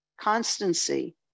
constancy